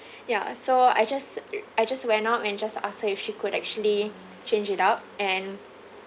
ya so I just I just went up and just ask her if she could actually change it up and